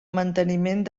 manteniment